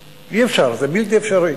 אי-אפשר, זה בלתי אפשרי.